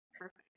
perfect